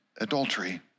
adultery